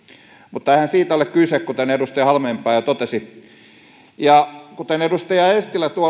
mutta eihän siitä ole kyse kuten edustaja halmeenpää jo totesi kuten edustaja eestilä